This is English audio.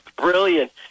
brilliant